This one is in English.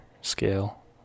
scale